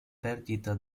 perdita